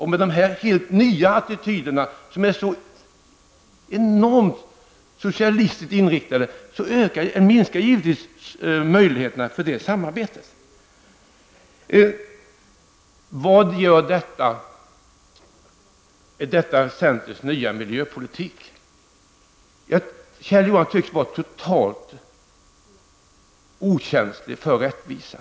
Med dessa helt nya attityder, som är så enormt socialistiskt inriktade, minskar givetvis möjligheterna för ett sådant samarbete. Är detta centerns nya miljöpolitik? frågar Kjell Johansson. Kjell Johansson tycks vara totalt okänslig för rättvisa.